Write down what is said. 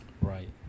Right